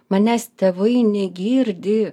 manęs tėvai negirdi